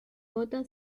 gota